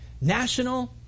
National